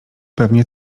pewnie